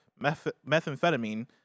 methamphetamine